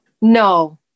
No